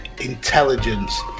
intelligence